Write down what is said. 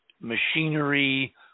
machinery